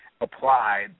applied